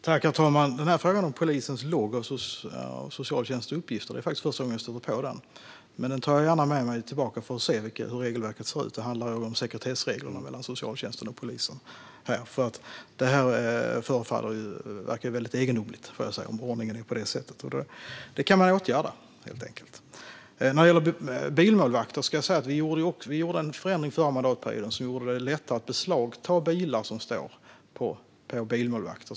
Herr talman! Det är faktiskt första gången jag stöter på frågan om polisen och uppgifterna i socialtjänstens logg. Men jag tar gärna med mig den tillbaka för att se hur regelverket ser ut. Det handlar förstås om sekretessregler mellan socialtjänsten och polisen. Jag får lov att säga att det förefaller väldigt egendomligt om ordningen är på detta sätt, men det kan man helt enkelt åtgärda. När det gäller bilmålvakter gjorde vi en förändring under förra mandatperioden som gjorde det lättare att beslagta bilar som står skrivna på bilmålvakter.